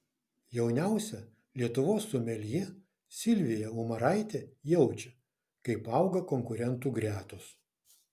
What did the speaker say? jauniausia lietuvos someljė silvija umaraitė jaučia kaip auga konkurentų gretos